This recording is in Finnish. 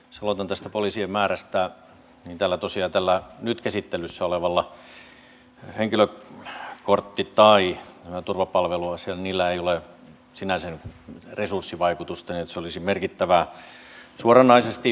jos aloitan tästä poliisien määrästä niin näillä nyt käsittelyssä olevilla henkilökortti tai turvapalveluasioilla ei ole sinänsä resurssivaikutusta niin että se olisi merkittävää suoranaisesti